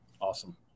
Awesome